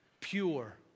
pure